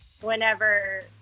whenever